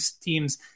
teams